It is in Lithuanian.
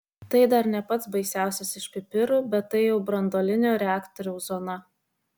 tai dar ne pats baisiausias iš pipirų bet tai jau branduolinio reaktoriaus zona